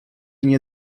nie